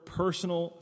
personal